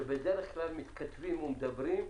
שבדרך כלל מתכתבים ומדברים.